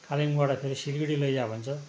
कालेबुङबाट फेरि सिलगढी लैजा भन्छ